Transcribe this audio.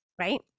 right